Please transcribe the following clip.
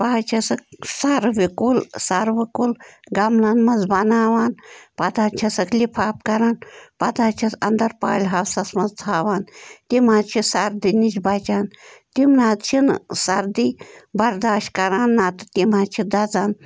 بہٕ حظ چھَ سَکھ سَروِ کُل سَروٕ کُل گملن منٛز بَناوان پَتہٕ حظ چھَ سَکھ لِفاف کَران پَتہٕ حظ چھَس انٛدر پالہِ ہوسس منٛز تھاوان تِم حظ چھِ سردی نِش بَچن تِم نَہ حظ چھِنہٕ سردی برداش کَران نَہ تِم حظ چھِ دَزان